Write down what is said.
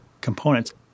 components